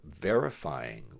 verifying